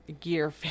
gear